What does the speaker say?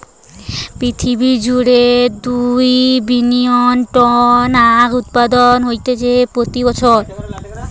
পৃথিবী জুড়ে দুই বিলিয়ন টন আখউৎপাদন হতিছে প্রতি বছর